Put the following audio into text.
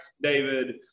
David